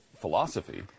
philosophy